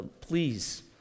please